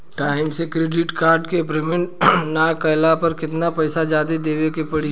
Time से credit card के payment ना कैला पर केतना पईसा जादे देवे के पड़ी?